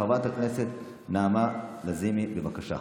חברת הכנסת נעמה לזימי, בבקשה.